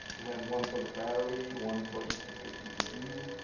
we have one for the battery, one for each of the cpu,